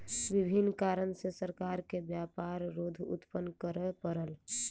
विभिन्न कारण सॅ सरकार के व्यापार रोध उत्पन्न करअ पड़ल